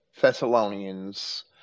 Thessalonians